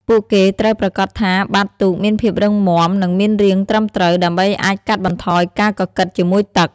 ពួកគេត្រូវប្រាកដថាបាតទូកមានភាពរឹងមាំនិងមានរាងត្រឹមត្រូវដើម្បីអាចកាត់បន្ថយការកកិតជាមួយទឹក។